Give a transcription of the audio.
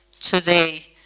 today